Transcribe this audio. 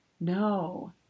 No